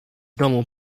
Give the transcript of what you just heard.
domu